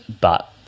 but-